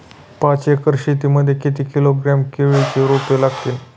पाच एकर शेती मध्ये किती किलोग्रॅम केळीची रोपे लागतील?